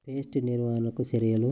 Pest నివారణకు చర్యలు?